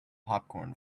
popcorn